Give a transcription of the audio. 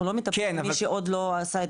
אנחנו לא מטפלים במי שעוד לא עשה עלייה.